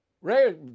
Ray